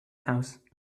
house